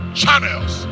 channels